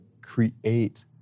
create